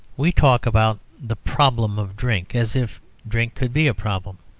we talk about the problem of drink as if drink could be a problem.